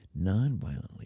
nonviolently